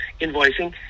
invoicing